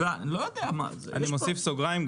אני מוסיף סוגריים,